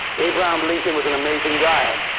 abraham lincoln was an amazing guy.